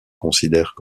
considèrent